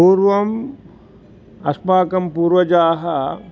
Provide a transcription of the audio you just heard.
पूर्वं अस्माकं पुर्वजाः